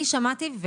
אני שמעתי,